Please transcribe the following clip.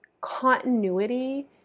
continuity